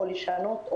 לשנות,